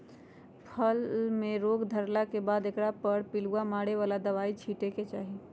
फूल में रोग धरला के बाद एकरा पर पिलुआ मारे बला दवाइ छिटे के चाही